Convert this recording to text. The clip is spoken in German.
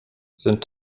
sind